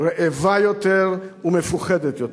רעבה יותר ומפוחדת יותר.